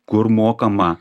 kur mokama